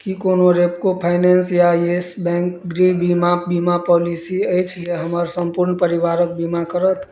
की कोनो Repco finance या Yes Bank जे बीमा बीमा पॉलिसी अछि जे हमर संपूर्ण परिवारक बीमा करत